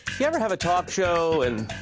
ya ever have a talk show, and,